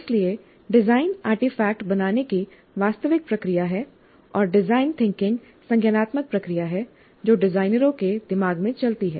इसलिए design artefact बनाने की वास्तविक प्रक्रिया है और डिज़ाइन थिंकिंग संज्ञानात्मक प्रक्रिया है जो डिजाइनरों के दिमाग में चलती है